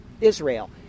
Israel